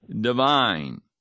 divine